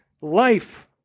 life